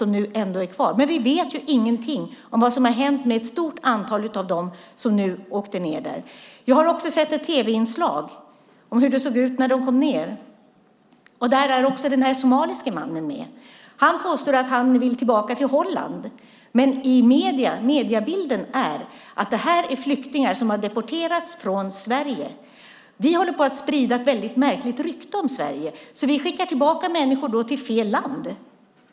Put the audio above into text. Men vi vet ingenting om vad som har hänt med ett stort antal av dem som nu åkte ned. Jag har också sett ett tv-inslag om hur det såg ut när de kom ned. Där var också den somaliska mannen med. Han påstod att han ville tillbaka till Holland. Men mediebilden är att det här är flyktingar som har deporterats från Sverige. Vi håller på att sprida ett väldigt märkligt rykte om Sverige, att vi skickar tillbaka människor till fel land.